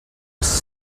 was